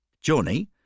Johnny